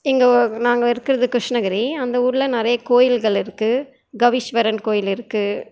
எங்கள் நாங்கள் இருக்கிறது கிருஷ்ணகிரி அந்த ஊரில் நிறைய கோயில்கள் இருக்குது கவிஷ்வரன் கோயில் இருக்குது